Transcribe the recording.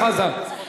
חבר הכנסת אורן חזן,